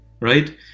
right